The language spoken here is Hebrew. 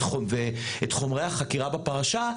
את חומרי החקירה בפרשה,